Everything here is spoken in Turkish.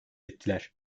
ettiler